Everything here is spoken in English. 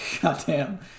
goddamn